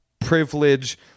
privilege